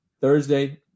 Thursday